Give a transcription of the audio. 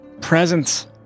presence